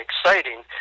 exciting